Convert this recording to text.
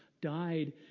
died